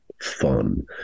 fun